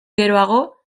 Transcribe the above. geroago